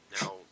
Now